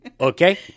Okay